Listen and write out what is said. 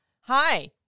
Hi